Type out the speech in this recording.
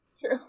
True